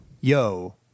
yo